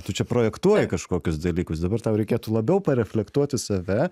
tu čia projektuoji kažkokius dalykus dabar tau reikėtų labiau pareflektuoti save